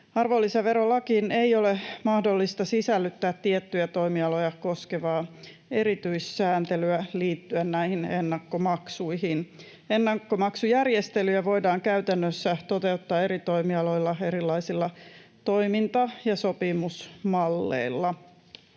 Arvonlisäverolakiin ei ole mahdollista sisällyttää tiettyjä toimialoja koskevaa erityissääntelyä liittyen näihin ennakkomaksuihin. Ennakkomaksujärjestelyjä voidaan käytännössä toteuttaa eri toimialoilla erilaisilla toiminta- ja sopimusmalleilla.